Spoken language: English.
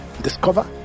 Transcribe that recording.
Discover